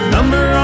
Number